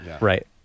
Right